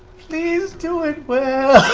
please do it well.